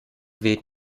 wählte